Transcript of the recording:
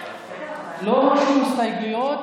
לא הוגשו הסתייגויות.